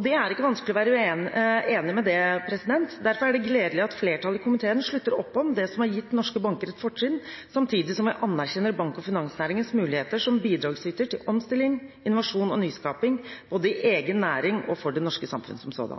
Det er det ikke vanskelig å være enig i. Derfor er det gledelig at flertallet i komiteen slutter opp om det som har gitt norske banker et fortrinn, samtidig som vi anerkjenner bank- og finansnæringens muligheter som bidragsyter til omstilling, innovasjon og nyskaping, både i egen næring og for det norske samfunn som